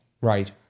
Right